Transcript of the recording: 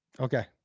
Okay